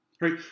right